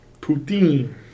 Poutine